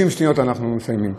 30 שניות ואנחנו מסיימים,